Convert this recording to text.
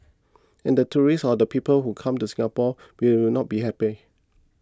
and the tourists or the people who come to Singapore will will not be happy